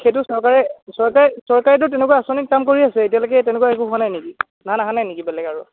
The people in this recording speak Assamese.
সেইটো চৰকাৰে চৰকাৰে চৰকাৰেটো তেনেকুৱা আঁচনিত কাম কৰি আছে এতিয়ালৈকে তেনেকুৱা একো হোৱা নাই নেকি ধান আহা নাই নেকি বেলেগ আৰু